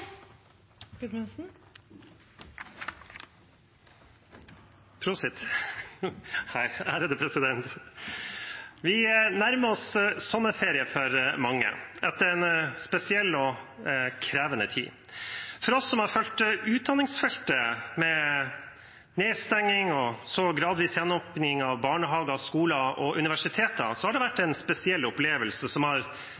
med minst én meters avstand. Vi nærmer oss sommerferie for mange etter en spesiell og krevende tid. For oss som har fulgt utdanningsfeltet, med nedstenging og så gradvis gjenåpning av barnehager, skoler og universiteter, har det vært